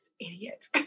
idiot